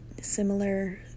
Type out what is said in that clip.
similar